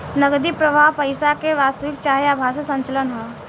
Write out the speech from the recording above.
नगदी प्रवाह पईसा के वास्तविक चाहे आभासी संचलन ह